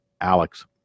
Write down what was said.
Alex